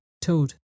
Toad